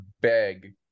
beg